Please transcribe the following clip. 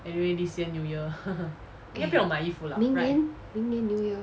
K 明年明年 new year